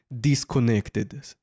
disconnected